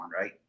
right